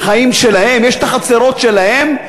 החיים שלהם, יש את החצרות שלהם,